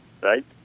right